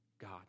God